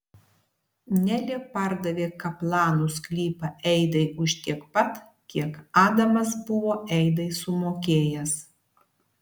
nelė pardavė kaplanų sklypą eidai už tiek pat kiek adamas buvo eidai sumokėjęs